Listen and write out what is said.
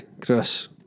Chris